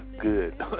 good